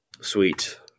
Sweet